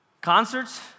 Concerts